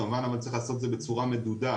כמובן אבל צריך לעשות את זה בצורה מדודה,